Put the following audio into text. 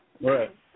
Right